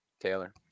Taylor